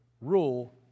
rule